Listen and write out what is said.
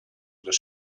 their